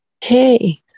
Hey